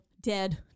dead